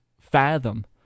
fathom